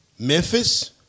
Memphis